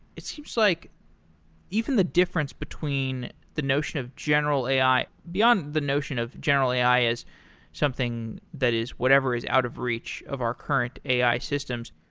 it seems like even the difference between the notion of general a i. beyond the notion of general a i. is something that is whatever is out of reach of our current a i. systems.